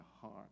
heart